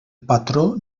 patró